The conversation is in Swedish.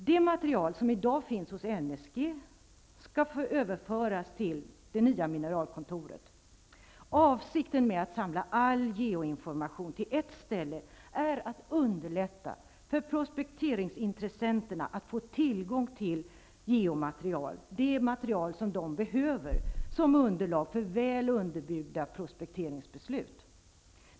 Det material som i dag finns hos NSG skall överföras till det nya mineralkontoret. Avsikten med att samla all geoinformation till ett ställe är att underlätta för prospekteringsintressenterna att få tillgång till det geomaterial som de behöver som underlag för väl underbyggda prospekteringsbeslut.